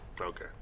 Okay